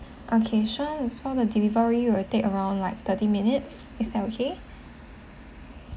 okay sure so the delivery will take around like thirty minutes is that okay